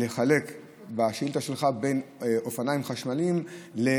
אני מבקש לחלק את השאילתה שלך לאופניים חשמליים ולאופנועים,